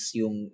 yung